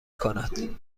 کند